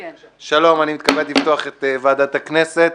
מתכבד לפתוח את ועדת הכנסת,